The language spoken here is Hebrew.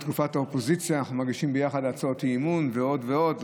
בתקופת האופוזיציה אנחנו מגישים ביחד הצעות אי-אמון ועוד ועוד.